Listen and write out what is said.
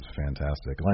fantastic